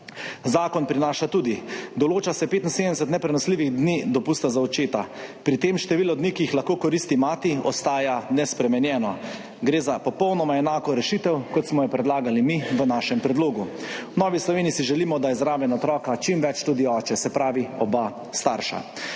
Zakon prinaša tudi, da se določa 75 neprenosljivih dni dopusta za očeta. Pri tem število dni, ki jih lahko koristi mati, ostaja nespremenjeno. Gre za popolnoma enako rešitev, kot smo jo predlagali mi v našem predlogu. V Novi Sloveniji si želimo, da je tudi oče čim več zraven otroka, se pravi oba starša.